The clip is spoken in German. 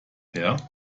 her